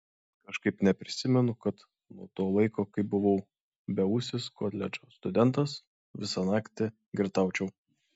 kažkaip neprisimenu kad nuo to laiko kai buvau beūsis koledžo studentas visą naktį girtaučiau